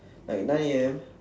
like nine A_M